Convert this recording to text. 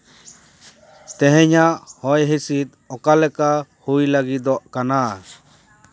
ᱛᱮᱦᱮᱧᱟᱜ ᱦᱚᱭ ᱦᱤᱥᱤᱫ ᱚᱠᱟᱞᱮᱠᱟ ᱦᱩᱭ ᱞᱟᱹᱜᱤᱫᱚᱜ ᱠᱟᱱᱟ